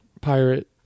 pirate